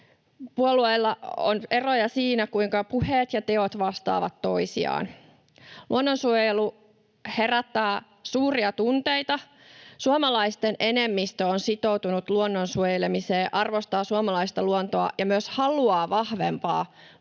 Puolueilla on eroja siinä, kuinka puheet ja teot vastaavat toisiaan. Luonnonsuojelu herättää suuria tunteita. Suomalaisten enemmistö on sitoutunut luonnon suojelemiseen ja arvostaa suomalaista luontoa ja myös haluaa vahvempaa